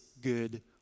good